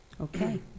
Okay